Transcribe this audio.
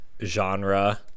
genre